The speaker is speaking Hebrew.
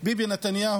את ביבי נתניהו,